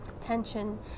tension